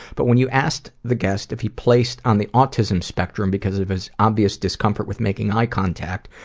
but when you asked the guest if he placed on the autism spectrum because of his obvious discomfort with making eye contact,